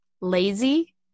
lazy